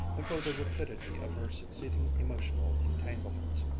and for the rapidity of her succeeding emotional entanglements.